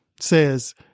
says